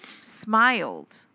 smiled